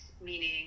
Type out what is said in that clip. meaning